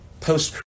post